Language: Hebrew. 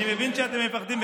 אני מבין שאתם מפחדים,